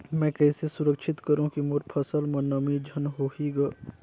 मैं कइसे सुरक्षित करो की मोर फसल म नमी झन होही ग?